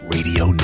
Radio